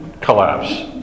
collapse